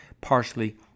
partially